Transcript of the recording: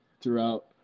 throughout